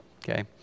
Okay